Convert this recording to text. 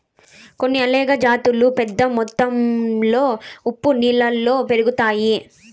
కొన్ని ఆల్గే జాతులు పెద్ద మొత్తంలో ఉప్పు నీళ్ళలో పెరుగుతాయి